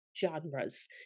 genres